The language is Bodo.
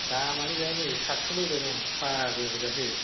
दामानो गैया नै साटस'ल' होबाय दं फाग्लागोजासो